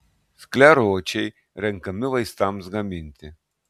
skleročiai renkami vaistams gaminti